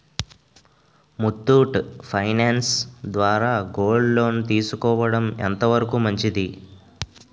Muthoot finance ద్వారా gold loan తీసుకోవడం ఎంత వరకు మంచిది?